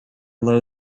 low